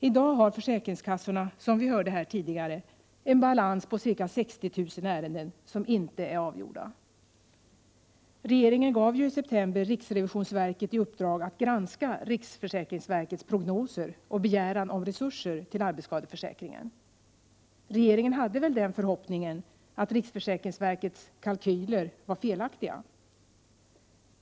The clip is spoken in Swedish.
I dag har försäkringskassorna, som vi hörde här tidigare, en balans på ca 60 000 ärenden som inte är avgjorda. Regeringen gav ju i september riksrevisionsverket i uppdrag att granska riksförsäkringsverkets prognoser och begäran om resurser till arbetsskadeförsäkringen. Regeringen hade väl den förhoppningen att riksförsäkringsverkets kalkyler var felaktiga.